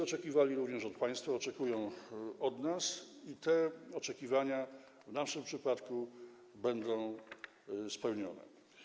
Oczekiwali tego również od państwa, oczekują tego od nas i te oczekiwania w naszym przypadku będą spełnione.